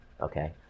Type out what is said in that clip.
Okay